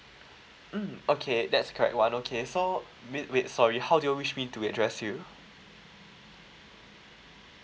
mm okay that's correct one okay so wait wait sorry how do you wish me to address you